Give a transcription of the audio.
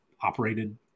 operated